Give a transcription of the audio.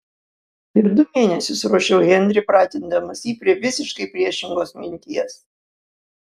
ir du mėnesius ruošiau henrį pratindamas jį prie visiškai priešingos minties